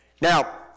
Now